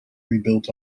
rebuilt